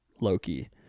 Loki